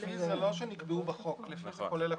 לפי זה לא שנקבעו בחוק, לפי זה כולל הכול.